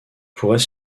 pourrait